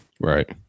right